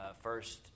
first